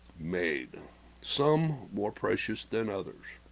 made some more precious than others